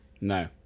No